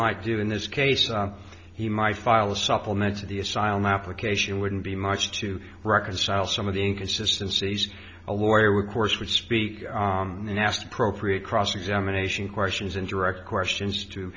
might do in this case he might file a supplement to the asylum application wouldn't be much to reconcile some of the inconsistencies a lawyer with course would speak nasty appropriate cross examination questions and direct questions to